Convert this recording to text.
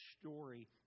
story